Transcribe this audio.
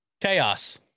Chaos